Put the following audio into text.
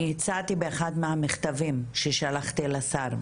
אני הצעתי באחד מהמכתבים ששלחתי לשר,